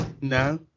No